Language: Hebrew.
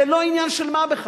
זה לא עניין של מה בכך.